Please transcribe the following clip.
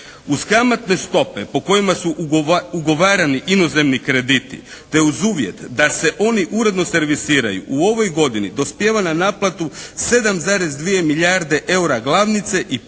"Uz kamatne stope po kojima su ugovarani inozemni krediti te uz uvjete da se oni uredno servisiraju u ovoj godini dospijeva na naplatu 7,2 milijarde eura glavnice i 580